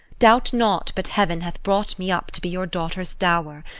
doubt not but heaven hath brought me up to be your daughter's dower,